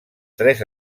tres